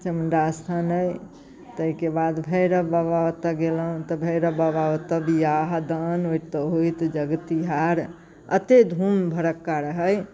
चामुण्डा अस्थान अइ ताहिके बाद भैरव बाबा ओतऽ गेलहुँ तऽ भैरव बाबा ओतऽ बिआहदान होएत जग तिहार एतेक धूम धड़क्का रहै